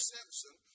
Simpson